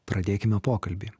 pradėkime pokalbį